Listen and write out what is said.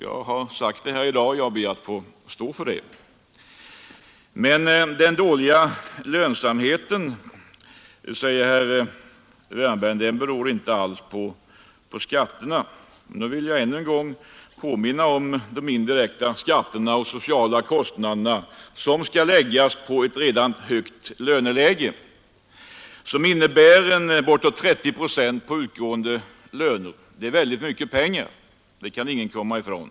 Jag har sagt det här i dag, och jag ber att få stå för det. Men den dåliga lönsamheten, säger herr Wärnberg, beror inte alls på skatterna. Då vill jag ännu en gång påminna om de indirekta skatterna och de sociala kostnaderna, som skall läggas på ett redan högt löneläge och som innebär bortåt 30 procent på utgående löner. Det är mycket pengar, det kan ingen komma ifrån.